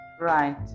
right